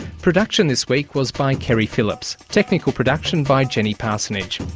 production this week was by and keri phillips. technical production by jenny parsonage.